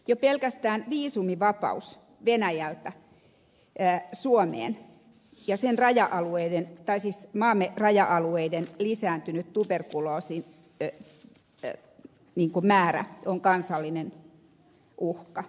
jo pelkästään viisumivapaus venäjältä suomeen ja sen raja alueiden tai siis maamme raja alueilla lisääntynyt tuberkuloosi on kansallinen uhka ja riski